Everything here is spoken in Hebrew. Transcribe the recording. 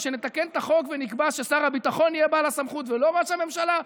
ושנתקן את החוק ונקבע ששר הביטחון יהיה בעל הסמכות ולא ראש הממשלה?